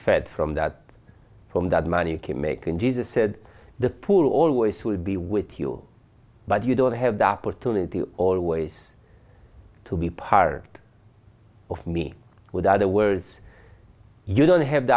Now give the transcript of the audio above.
fed from that from that money can make and jesus said the poor always will be with you but you don't have that opportunity always to be part of me with other words you don't have the